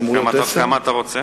כמה אתה רוצה?